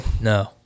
No